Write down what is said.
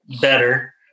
better